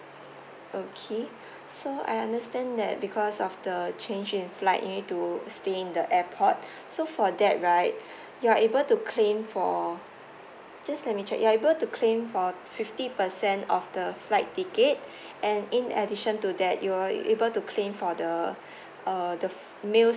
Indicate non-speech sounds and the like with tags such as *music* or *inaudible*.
okay *breath* so I understand that because of the change in flight you need to stay in the airport so for that right *breath* you're able to claim for just let me check you're able to claim for fifty percent of the flight tickets *breath* and in addition to that you're able to claim for the *breath* uh the f~ meals